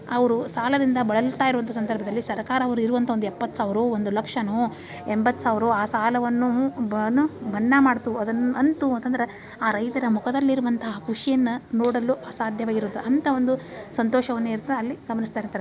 ಅವರು ಸಾಲದಿಂದ ಬಳಲ್ತಾ ಇರುವಂಥ ಸಂದರ್ಭದಲ್ಲಿ ಸರಕಾರ ಅವ್ರು ಇರುವಂಥ ಒಂದು ಎಪ್ಪತ್ತು ಸಾವಿರ ಒಂದು ಲಕ್ಷವೋ ಎಂಬತ್ತು ಸಾವಿರವೋ ಆ ಸಾಲವನ್ನು ಮನ್ನಾ ಮಾಡಿತು ಅದನ್ನು ಅಂತೂ ಅಂತಂದ್ರೆ ಆ ರೈತರ ಮುಖದಲ್ಲಿ ಇರುವಂಥ ಆ ಖುಷಿಯನ್ನು ನೋಡಲು ಅಸಾಧ್ಯವಾಗಿರುವುದು ಅಂತ ಒಂದು ಸಂತೋಷವನ್ನು ಇರ್ತಾ ಅಲ್ಲಿ ಗಮನಿಸ್ತಾ ಇರ್ತಾರ